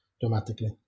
dramatically